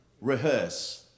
rehearse